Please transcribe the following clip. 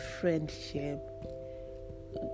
friendship